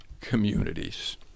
communities